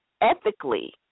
ethically